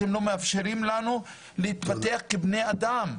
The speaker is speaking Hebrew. אתם לא מאפשרים לנו להתפתח כבני אדם.